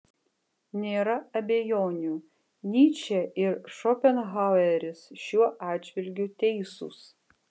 nėra abejonių nyčė ir šopenhaueris šiuo atžvilgiu teisūs